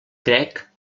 crec